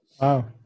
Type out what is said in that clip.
Wow